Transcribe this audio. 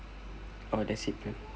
oh that's it